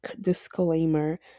disclaimer